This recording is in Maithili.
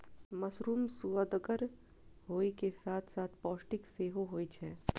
मशरूम सुअदगर होइ के साथ साथ पौष्टिक सेहो होइ छै